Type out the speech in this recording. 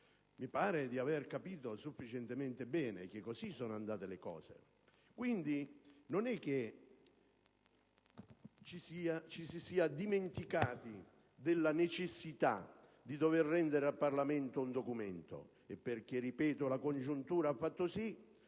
mi sembra di aver capito sufficientemente bene che così sono andate le cose. Quindi, non è che ci si sia dimenticati della necessità di rendere al Parlamento un documento. Il fatto è - ripeto - che la congiuntura ha fatto sì